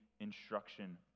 instruction